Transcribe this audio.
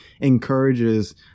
encourages